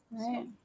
Right